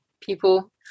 people